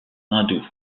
hindous